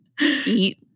eat